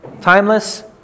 timeless